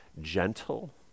gentle